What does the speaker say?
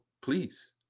Please